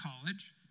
college